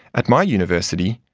at my university,